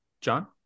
John